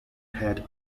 head